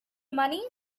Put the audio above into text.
money